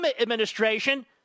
administration